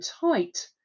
tight